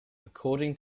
according